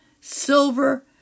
silver